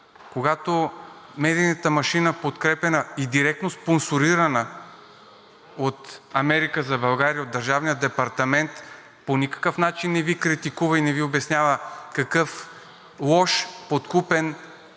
когато медийната машина, подкрепяна и директно спонсорирана от „Америка за България“ – от Държавния департамент, по никакъв начин не Ви критикува и не Ви обяснява какъв лош, подкупен –